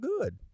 good